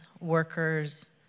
workers